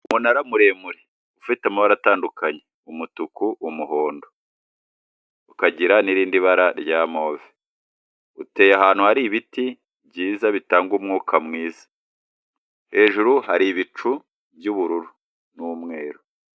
Umunara muremure ufite amabara atandukanye, umutuku, umuhondo. Ukagira n'irindi bara rya move, uteye ahantu hari ibiti byiza bitanga umwuka mwiza. hejru hari ibicu by'ubururu n'umweru.